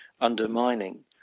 undermining